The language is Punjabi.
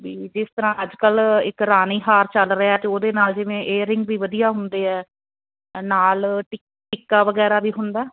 ਵੀ ਜਿਸ ਤਰ੍ਹਾਂ ਅੱਜ ਕੱਲ ਇੱਕ ਰਾਣੀ ਹਾਰ ਚੱਲ ਰਿਹਾ ਤੇ ਉਹਦੇ ਨਾਲ ਜਿਵੇਂ ਏਅਰਿੰਗ ਵੀ ਵਧੀਆ ਹੁੰਦੇ ਐ ਨਾਲ ਟੀ ਟੀਕਾ ਵਗੈਰਾ ਵੀ ਹੁੰਦਾ